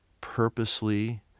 purposely